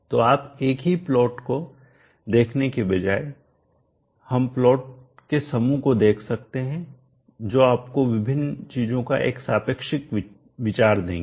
तो आप एक ही प्लॉट को देखने के बजाय हम प्लॉट के समूह को देख सकते हैं जो आपको विभिन्न चीजों का एक सापेक्षिक विचार देंगे